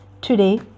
Today